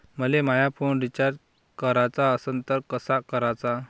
मले माया phone recharge कराचा असन तर कसा कराचा?